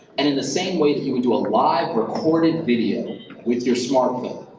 and in the same way that you would do a live recorded video with your smart phone,